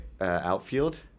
Outfield